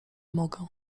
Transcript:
mogę